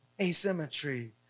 Asymmetry